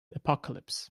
apocalypse